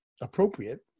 appropriate